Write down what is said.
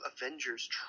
Avengers